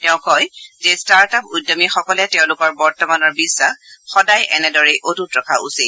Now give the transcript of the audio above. তেওঁ কয় যে টাৰ্ট আপ উদ্যমীসকেল তেওঁলোকৰ বৰ্তমানৰ বিশ্বাস সদায় এনেদৰেই অটুট ৰখা উচিত